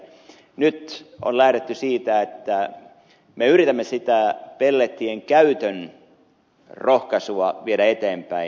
nyt on lähdetty siitä että me yritämme sitä pellettien käytön rohkaisua viedä eteenpäin